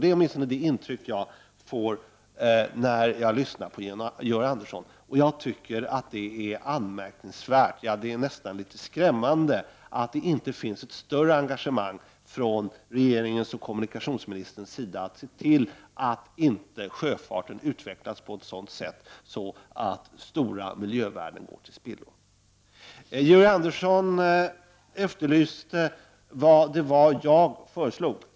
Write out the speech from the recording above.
Det är åtminstone det intryck som jag får när jag lyssnar på Georg Andersson. Jag anser att det är anmärkningsvärt — ja, det är nästan litet skrämmande — att det inte finns ett större engagemang hos regeringen och kommunikationsministern när det gäller att se till att sjöfarten inte utvecklas på ett sådant sätt att stora miljövärden går till spillo. Georg Andersson efterlyste en precisering av vad jag föreslog.